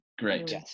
great